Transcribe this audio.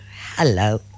hello